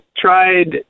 tried